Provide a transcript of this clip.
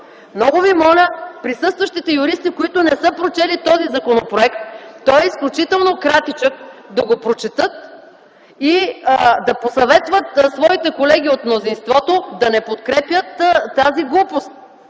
Много моля присъстващите юристи, които не са прочели този законопроект, той е изключително кратичък, да го прочетат и да посъветват своите колеги от мнозинството да не подкрепят тази глупост.